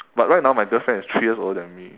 but right now my girlfriend is three years older than me